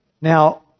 Now